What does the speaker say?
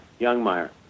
Youngmeyer